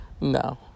no